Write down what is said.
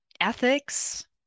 ethics